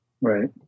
Right